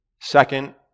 second